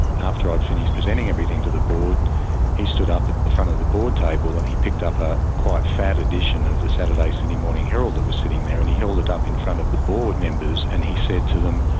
after i'd finished presenting everything to the board he stood up at the front of the board table and he picked up a quite fat edition of the saturday sydney morning heraldthat was sitting there. and he held it up in front of the board members and he said to them,